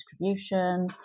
distribution